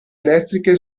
elettriche